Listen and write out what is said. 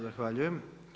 Zahvaljujem.